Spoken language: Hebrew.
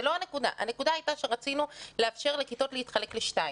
הנקודה הייתה שרצינו לאפשר לכיתות להתחלק לשתיים.